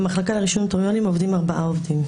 במחלקה לרישום נוטריונים עובדים ארבעה עובדים.